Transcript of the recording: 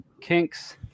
kinks